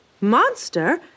Monster